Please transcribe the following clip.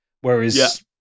Whereas